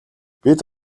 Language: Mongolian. бид